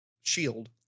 shield